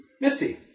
Misty